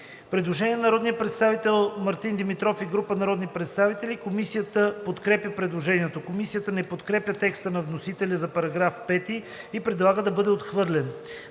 предложение на народния представител Мартин Димитров и група народни представители. Комисията подкрепя предложението. Комисията не подкрепя текста на вносителя за § 2 и предлага да бъде отхвърлен.